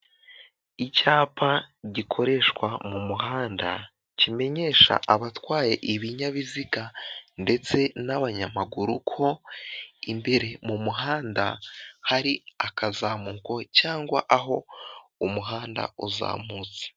Icyapa gikoreshwa mu muhanda kimenyesha abatwaye ibinyabiziga ndetse n'abanyamaguru ko imbere mu muhanda hari akazamuko cyangwa aho umuhanda uzamutse.